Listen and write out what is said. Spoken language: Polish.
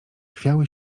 chwiały